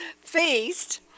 feast